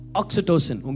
oxytocin